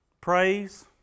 praise